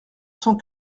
sont